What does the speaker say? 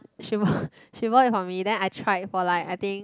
she bought she bought for me then I tried for like I think